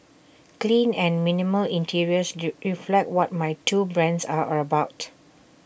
clean and minimal interiors reflect what my two brands are about